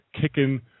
kicking